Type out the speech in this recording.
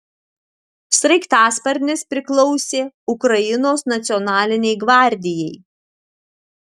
sraigtasparnis priklausė ukrainos nacionalinei gvardijai